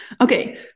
Okay